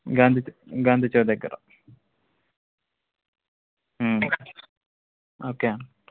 గాంధీ గాంధీ చౌక్ దగ్గర ఓకే అండి